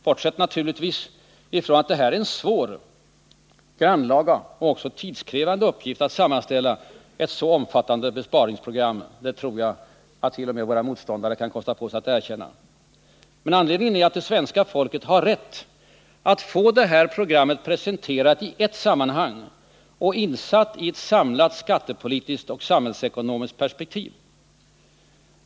Bortsett från att det är en svår, grannlaga och också tidskrävande uppgift att sammanställa ett så här omfattande besparingsprogram — det tror jag att t.o.m. våra motståndare kan kosta på sig att erkänna — är anledningen till att förslagen kommer att redovisas först i höst kort och gott att det svenska folket har rätt att få programmet presenterat i ett sammanhang och insatt i ett samlat skattepolitiskt och samhällsekonomiskt perspektiv.